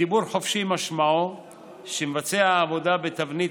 הדיבור 'חופשי' משמעו שמבצע העבודה בתבנית